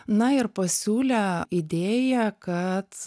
na ir pasiūlė idėją kad